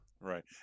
Right